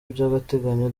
by’agateganyo